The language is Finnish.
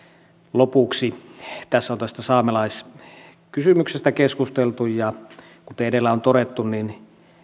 lopuksi tässä on tästä saamelaiskysymyksestä keskusteltu ja kuten edellä on todettu niin